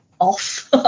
off